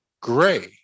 gray